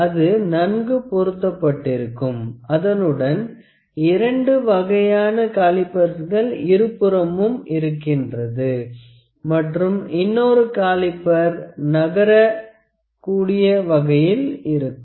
அது நன்கு பொருத்தப்பட்டிருக்கும் அதனுடன் இரண்டு வகையான காலிபர்ஸ்களை இருபுறமும் இருக்கின்றது மற்றும் இன்னொரு காலிப்பர் நகரக் கூடிய வகையில் இருக்கும்